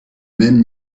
mêmes